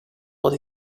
what